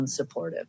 unsupportive